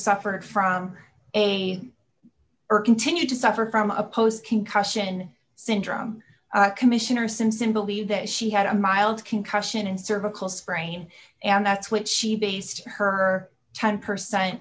suffered from a continued to suffer from a post concussion syndrome commissioner since in believe that she had a mild concussion and cervical sprain and that's what she based her ten percent